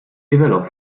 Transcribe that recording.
rivelò